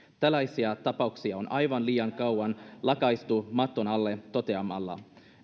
tällaisia tapauksia on aivan liian kauan lakaistu maton alle toteamalla